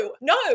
no